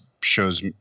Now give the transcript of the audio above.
shows